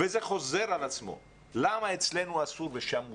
וזה חוזר על עצמו למה אצלנו אסור ושם מותר?